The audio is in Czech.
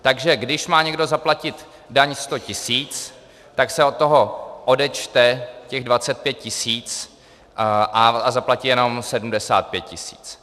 Takže když má někdo zaplatit daň 100 tisíc, tak se od toho odečte těch 25 tisíc a zaplatí jenom 75 tisíc.